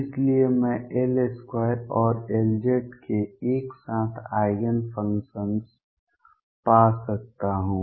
इसलिए मैं L2 और Lz के एक साथ आइगेन फंक्शन्स पा सकता हूं